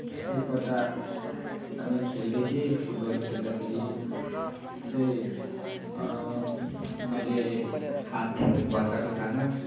एकपल्ट हामी खेल्दै थियौँ फुटबल खेल्दाखेरि चाहिँ मैले हात भच्चाँएको थाहा छ